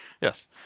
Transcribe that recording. Yes